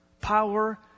Power